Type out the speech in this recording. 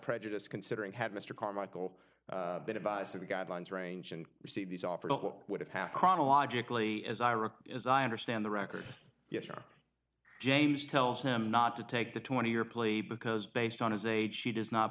prejudice considering had mr carmichael been advised of the guidelines range and received these offers would have chronologically as i recall is i understand the record yes our james tells him not to take the twenty year plea because based on his age she does not